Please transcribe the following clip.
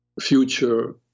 future